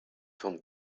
formes